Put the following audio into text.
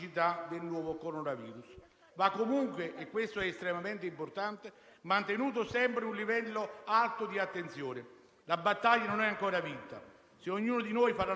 La scomparsa di Mauro Mellini, deputato radicale per quattro legislature, membro del Consiglio superiore della magistratura,